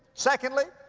secondly,